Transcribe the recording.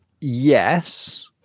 yes